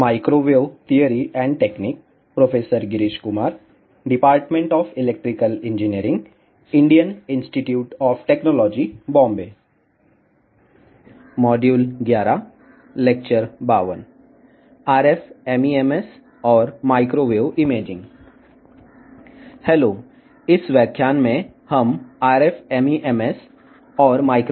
hello ఈ ఉపన్యాసంలో మనము RF MEMS మరియు మైక్రోవేవ్ ఇమేజింగ్ గురించి మాట్లాడుకుందాము